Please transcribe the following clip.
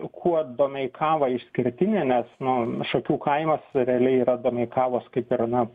kuo domeikava išskirtinė nes nu šakių kaimas realiai yra domeikavos kaip ir na